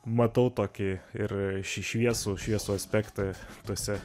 matau tokį ir šį šviesų šviesų aspektą tuose